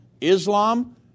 Islam